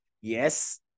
yes